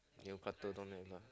nail cutter don't have lah